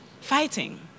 fighting